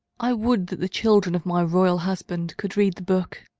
i would that the children of my royal husband could read the book.